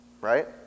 right